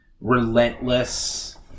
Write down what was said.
relentless